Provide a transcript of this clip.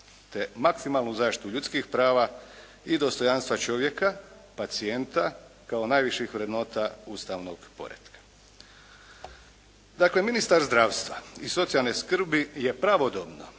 te maksimalnu zaštitu ljudskih prava i dostojanstva čovjeka, pacijenta, kao najviših vrednota ustavnog poretka. Dakle, ministar zdravstva i socijalne skrbi je pravodobno